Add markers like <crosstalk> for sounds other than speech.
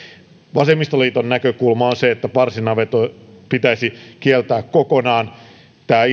vasemmistoliiton näkökulma on se että parsinavetat pitäisi kieltää kokonaan tämä <unintelligible>